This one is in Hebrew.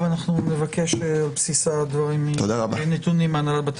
אין היום השתלמות חובה שכותרתה היא אלימות